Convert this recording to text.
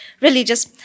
religious